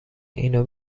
اینو